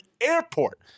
airport